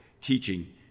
teaching